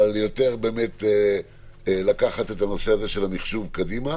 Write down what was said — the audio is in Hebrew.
אבל יותר לקחת את הנושא של המחשוב קדימה.